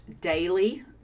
daily